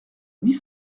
huit